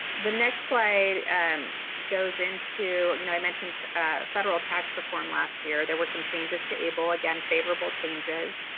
the next slide goes into, you know i mentioned a federal tax reform last year. there were some changes to able again, favorable changes,